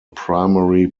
primary